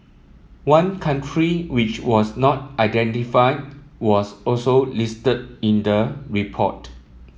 one country which was not identified was also listed in the report